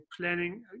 planning